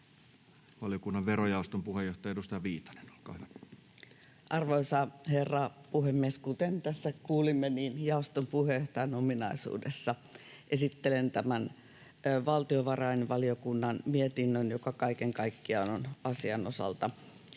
Valiokunnan verojaoston puheenjohtaja, edustaja Viitanen, olkaa hyvä. Arvoisa herra puhemies! Kuten tässä kuulimme, niin jaoston puheenjohtajan ominaisuudessa esittelen tämän valtiovarainvaliokunnan mietinnön, joka kaiken kaikkiaan on asian osalta